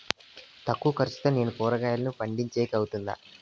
తక్కువ ఖర్చుతో నేను కూరగాయలను పండించేకి అవుతుందా?